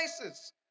places